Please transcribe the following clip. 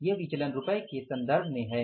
यह रुपये के संदर्भ में है